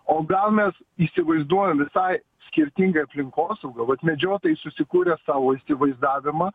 o gal mes įsivaizduojam ir tą skirtingai aplinkosaugą vat medžiotojai susikūrę savo įsivaizdavimą